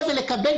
קודם כול,